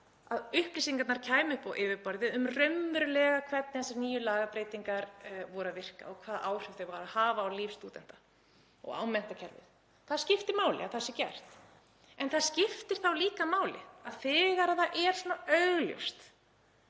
að upplýsingarnar kæmu upp á yfirborðið um hvernig þessar nýju lagabreytingar hafa virkað og hvaða áhrif þær hafa haft á líf stúdenta og á menntakerfið. Það skiptir máli að það sé gert. En það skiptir líka máli að þegar það er svona augljóst